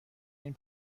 این